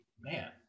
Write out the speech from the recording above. man